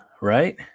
right